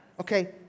Okay